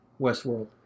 Westworld